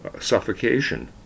suffocation